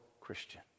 Christian